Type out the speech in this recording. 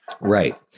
right